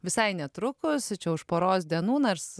visai netrukus čia už poros dienų nors